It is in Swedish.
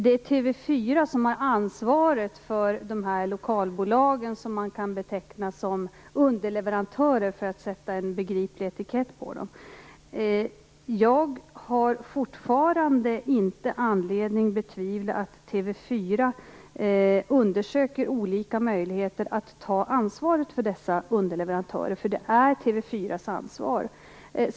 Det är TV 4 som har ansvaret för de här lokalbolagen, som kan betecknas som underleverantörer - för att sätta en begriplig etikett på dem. Fortfarande har jag ingen anledning att betvivla att TV 4 undersöker olika möjligheter att ta ansvaret för dessa underleverantörer. Det är ju TV 4:s ansvar.